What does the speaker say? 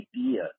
idea